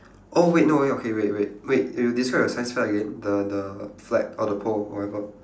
oh wait no wa~ okay wait wait wait you describe your science fair again the the flag or the pole or whatever